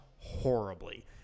horribly